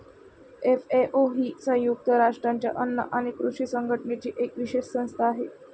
FAO ही संयुक्त राष्ट्रांच्या अन्न आणि कृषी संघटनेची एक विशेष संस्था आहे